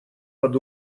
под